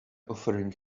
offering